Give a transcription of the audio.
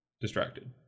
distracted